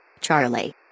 Charlie